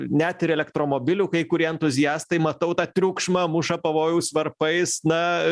net ir elektromobilių kai kurie entuziastai matau tą triukšmą muša pavojaus varpais na